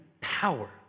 power